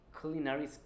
culinary